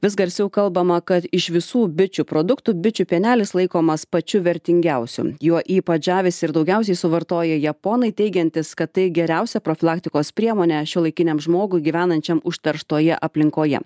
vis garsiau kalbama kad iš visų bičių produktų bičių pienelis laikomas pačiu vertingiausiu juo ypač žavisi ir daugiausiai suvartoja japonai teigiantys kad tai geriausia profilaktikos priemonė šiuolaikiniam žmogui gyvenančiam užterštoje aplinkoje